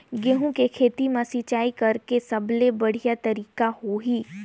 गंहू के खेती मां सिंचाई करेके सबले बढ़िया तरीका होही?